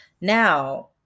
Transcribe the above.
Now